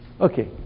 Okay